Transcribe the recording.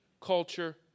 culture